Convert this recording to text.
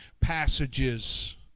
passages